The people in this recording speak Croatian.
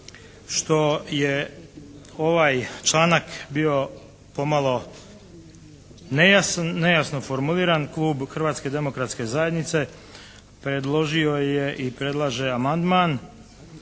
što je ovaj članak bio pomalo nejasno formuliran klub Hrvatske demokratske zajednice predložio je i predlaže amandman